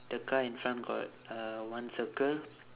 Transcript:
the car in front got uh one circle